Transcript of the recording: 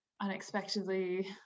unexpectedly